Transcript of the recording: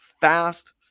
fast